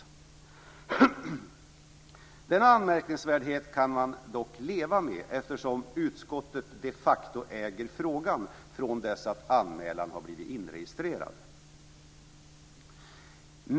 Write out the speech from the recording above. Detta anmärkningsvärda kan man dock leva med eftersom utskottet de facto äger frågan från det att anmälan har blivit inregistrerad.